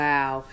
Wow